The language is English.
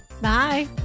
bye